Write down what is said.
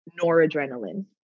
Noradrenaline